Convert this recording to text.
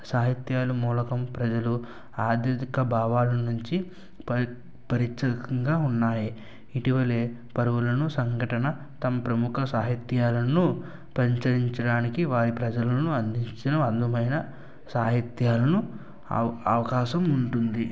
సాహిత్యాలు మూలకం ప్రజలు ఆర్థిక భావాల నుంచి పరీ పరీక్షరకంగా ఉన్నాయి ఇటీవల పరువులను సంఘటన తమ ప్రముఖ సాహిత్యాలను పరిచరించడానికి వారి ప్రజలను అందించిన అందమైన సాహిత్యాలను అ అవకాశం ఉంటుంది